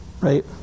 Right